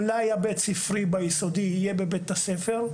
המלאי הבית-ספרי ביסודי יהיה בבית הספר.